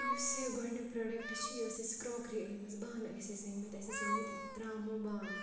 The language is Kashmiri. یُس یہِ گۄڈنیٚک پرٛوڈَکٹ چھِ یہِ ٲسۍ اَسہِ کرٛاکری أنۍمٕژ بانہٕ ٲسۍ اَسہِ أنۍمٕتۍ اَسہِ ٲسۍ أنۍمٕتۍ ترٛاموٗ بانہٕ